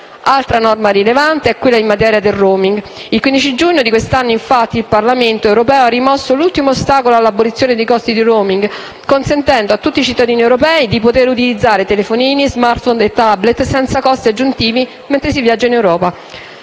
Altra norma rilevante è quella in materia di *roaming*. Infatti, il 15 giugno di quest'anno il Parlamento europeo ha rimosso l'ultimo ostacolo all'abolizione dei costi di *roaming*, consentendo a tutti i cittadini europei di utilizzare telefonini, *smartphone* e *tablet* senza costi aggiuntivi mentre si viaggia in Europa.